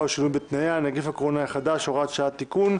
או שינוי בתנאיה) (נגיף הקורונה החדש הוראת שעה תיקון)